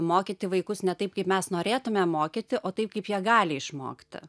mokyti vaikus ne taip kaip mes norėtume mokyti o taip kaip jie gali išmokti